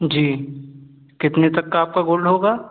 जी कितने तक का आपका गोल्ड होगा